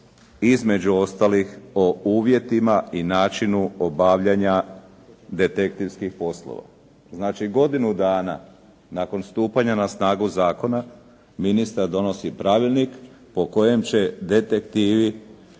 između ostalih o uvjetima i načinu obavljanja detektivskih poslova. Znači godinu dana nakon stupanja na snagu zakona ministar donosi pravilnik po kome će detektivi